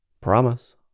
Promise